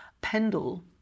Pendle